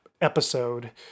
episode